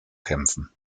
kämpfen